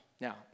now